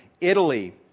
Italy